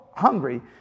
hungry